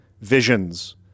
visions